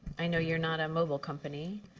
i know you are not a mobile company,